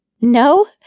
No